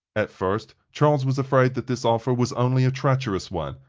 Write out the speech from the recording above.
at first charles was afraid that this offer was only a treacherous one,